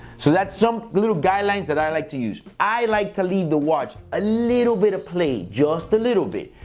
so that's a little guidelines that i like to use. i like to leave the watch a little bit of play, just a little bit,